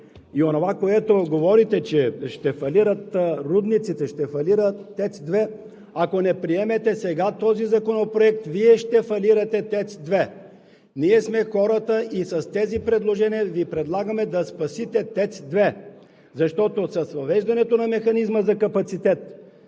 И онова, което говорите, че ще фалират рудниците, ще фалира ТЕЦ 2, ако не приемете сега този законопроект, Вие ще фалирате ТЕЦ 2. Ние сме хора и с тези предложения Ви предлагаме да спасите ТЕЦ 2, защото с въвеждането на Механизма за капацитет,